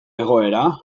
egoera